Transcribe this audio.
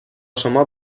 شما